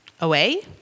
away